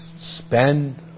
spend